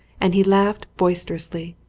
and he laughed boisterously.